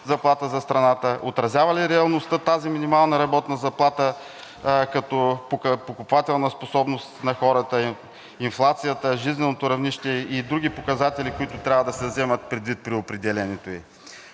заплата за страната? Отразява ли реалността тази минимална работна заплата като покупателна способност на хората, инфлацията, жизненото равнище и други показатели, които трябва да се вземат предвид при определянето